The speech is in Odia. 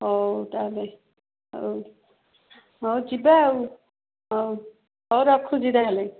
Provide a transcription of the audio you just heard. ହଉ ତାହେଲେ ହଉ ହଉ ଯିବା ଆଉ ହଉ ହଉ ରଖୁଛି ତାହେଲେ